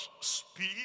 speak